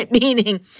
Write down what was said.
Meaning